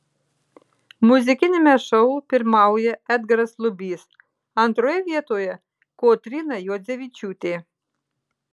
muzikiniame šou pirmauja edgaras lubys antroje vietoje kotryna juodzevičiūtė